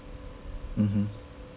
mmhmm